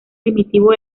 primitivo